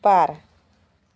बार